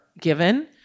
given